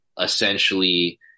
essentially